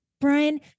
Brian